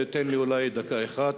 תן לי אולי דקה אחת.